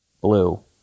blue